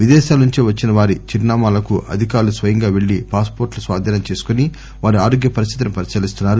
విదేశాల నుంచి వచ్చిన వారి చిరునామాలకు అధికారులు స్వయంగా పెళ్లి పాస్ పోర్లు లు స్వాధీనం చేసుకొని వారి ఆరోగ్య పరిస్లితిని పరిశీలిస్తున్నారు